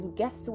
guess